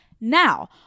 Now